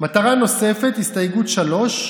מטרה נוספת, הסתייגות 3: